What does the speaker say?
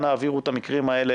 אנא העבירו את המקרים האלה,